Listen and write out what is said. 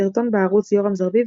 סרטון בערוץ "Yoram Zerbib",